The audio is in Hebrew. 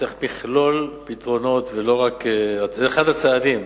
צריך מכלול פתרונות ולא רק, זה אחד הצעדים,